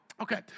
Okay